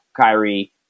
Kyrie